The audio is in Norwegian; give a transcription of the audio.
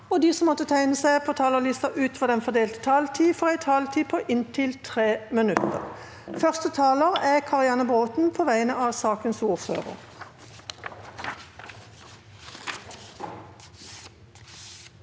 de som måtte tegne seg på talerlista utover den fordelte taletid, får også en taletid på 3 minutter. Første taler er Karianne B. Bråthen på vegne av sakens ordfører.